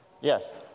Yes